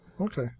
Okay